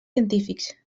científics